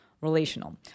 relational